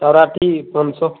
سوراٹھی پانچ سو